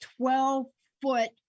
12-foot